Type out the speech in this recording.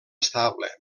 estable